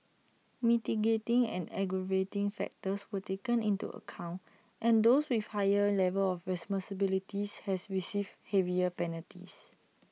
mitigating and aggravating factors were taken into account and those with higher level of responsibilities has received heavier penalties